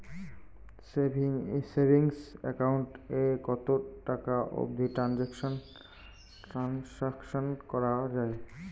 Savings account এ কতো টাকা অবধি ট্রানসাকশান করা য়ায়?